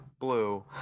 Blue